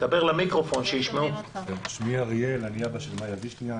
אני אבא שלמאיה וישניאק.